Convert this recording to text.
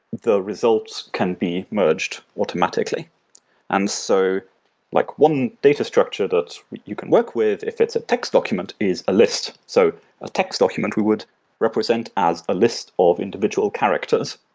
the results can be merged automatically and so like one data structure that you can work with if it's a text document is a list. so a text document we would represent as a list of individual characters.